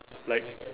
like